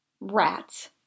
Rats